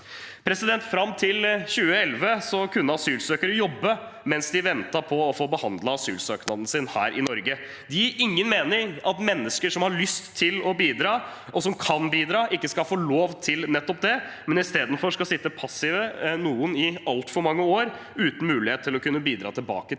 Fram til 2011 kunne asylsøkere jobbe mens de ventet på å få behandlet asylsøknaden sin her i Norge. Det gir ingen mening at mennesker som har lyst til å bidra, og som kan bidra, ikke skal få lov til nettopp det, men istedenfor skal sitte passive, noen i altfor mange år, uten mulighet til å kunne bidra tilbake til